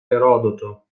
erodoto